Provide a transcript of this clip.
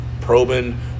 probing